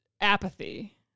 apathy